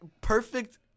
perfect